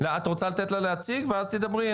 את רוצה לתת לה להציג ואז תדברי?